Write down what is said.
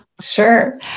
Sure